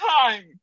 time